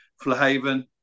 Flahaven